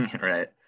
Right